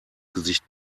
gesicht